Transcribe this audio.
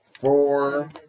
four